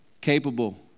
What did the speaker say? capable